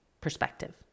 perspective